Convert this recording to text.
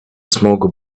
smoke